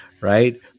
right